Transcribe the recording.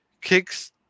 kicks